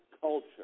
culture